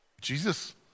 Jesus